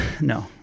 No